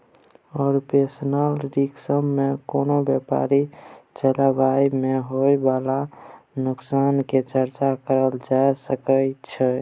operational risk में कोनो व्यापार चलाबइ में होइ बाला नोकसान के चर्चा करल जा सकइ छइ